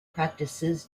practices